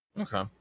Okay